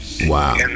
Wow